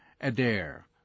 Adair